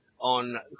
on